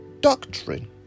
doctrine